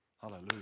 Hallelujah